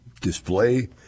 display